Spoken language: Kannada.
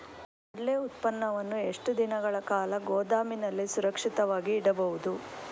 ಕಡ್ಲೆ ಉತ್ಪನ್ನವನ್ನು ಎಷ್ಟು ದಿನಗಳ ಕಾಲ ಗೋದಾಮಿನಲ್ಲಿ ಸುರಕ್ಷಿತವಾಗಿ ಇಡಬಹುದು?